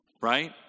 Right